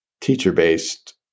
teacher-based